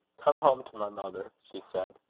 come home to my mother, she said.